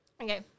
Okay